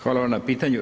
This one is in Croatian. Hvala vam na pitanju.